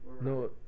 no